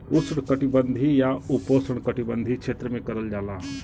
उष्णकटिबंधीय या उपोष्णकटिबंधीय क्षेत्र में करल जाला